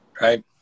Right